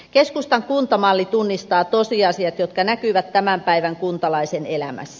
keskustan kuntamalli tunnistaa tosiasiat jotka näkyvät tämän päivän kuntalaisen elämässä